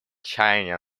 чаяния